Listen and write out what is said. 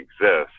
exist